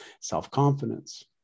self-confidence